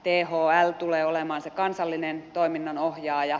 thl tulee olemaan kansallinen toiminnan ohjaaja